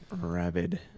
Rabid